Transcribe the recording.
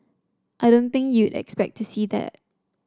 I don't think you'd expect to see that